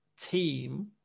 team